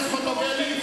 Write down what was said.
חברת הכנסת חוטובלי,